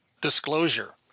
disclosure